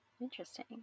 Interesting